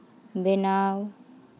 ᱵᱮᱱᱟᱣ